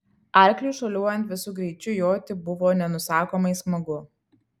arkliui šuoliuojant visu greičiu joti buvo nenusakomai smagu